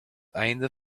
einde